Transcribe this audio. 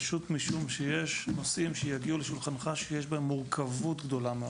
פשוט בגלל שיש נושאים שיגיעו לשולחנך שיש בהם מורכבות גדולה מאוד.